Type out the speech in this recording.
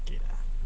ah ken~